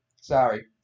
sorry